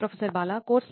professor Bala course